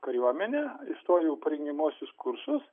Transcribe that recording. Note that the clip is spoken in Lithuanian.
kariuomenę įstojau į parengiamuosius kursus